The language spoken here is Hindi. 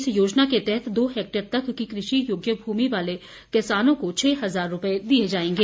इस योजना के तहत दो हैक्टेयर तक की कृषि योग्य भूमि वाले किसानों को छः हजार रुपए दिए जाएंगे